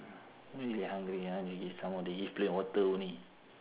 really hungry ah need to eat some more they give plain water only